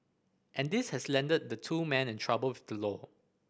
and this has landed the two men in trouble with the law